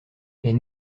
est